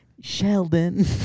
Sheldon